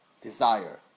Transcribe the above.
desire